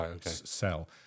sell